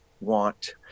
want